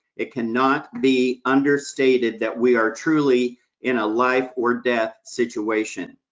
it cannot be understated that we are truly in a life or death situation.